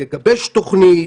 יגבש תוכנית.